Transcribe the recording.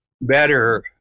better